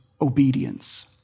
obedience